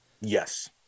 yes